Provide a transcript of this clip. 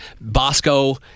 Bosco